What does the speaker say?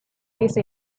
peace